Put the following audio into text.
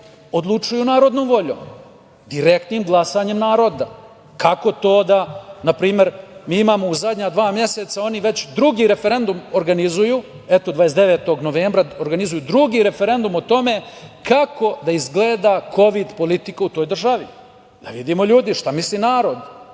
odlučuju narodnom voljom, direktnim glasanjem naroda. Kako to da na primer, mi imamo u zadnja dva meseca a oni već drugi referendum organizuju 29. novembra o tome kako da izgleda kovid politika u toj državi, da vidimo šta misli narod,